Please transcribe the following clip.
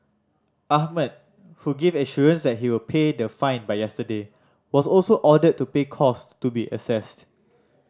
Ahmed who gave assurance he would pay the fine by yesterday was also ordered to pay costs to be assessed